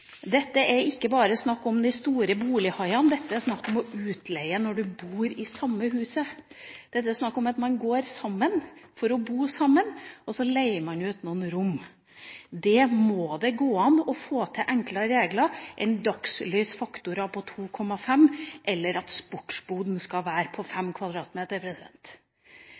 er ikke bare snakk om de store bolighaiene, det er snakk om å leie ut når du bor i det samme huset. Det er snakk om at man går sammen for å bo sammen, og så leier man ut noen rom. Her må det gå an å få til enklere regler enn at det skal være en dagslysfaktor på 2,5 pst., eller at sportsboden skal være på